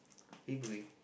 he